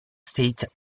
state